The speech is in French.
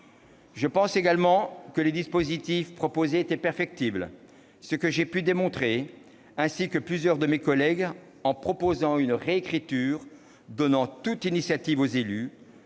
ces regroupements. Le dispositif proposé était perfectible, ce que j'ai pu démontrer, ainsi que plusieurs de mes collègues, en proposant une réécriture donnant toute l'initiative aux élus,